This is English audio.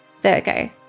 Virgo